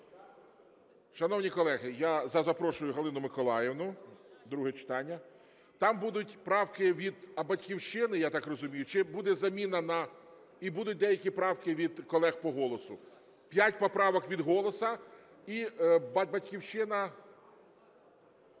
Шановні колеги, я запрошую Галину Миколаївну, друге читання. Там будуть правки від "Батьківщини", я так розумію, чи буде заміна на… і будуть деякі правки від колег по "Голосу". П'ять поправок від "Голосу" і "Батьківщина".